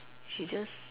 she just